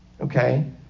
okay